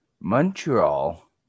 Montreal